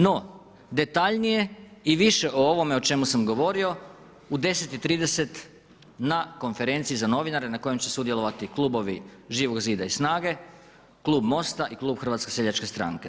No, detaljnije i više o ovome o čemu sam govorio u 10,30 na konferencije za novinare, na kojima će sudjelovati Klubovi Živog zida i SNAGA-e, Klub Mosta i Klub HSS-a.